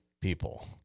people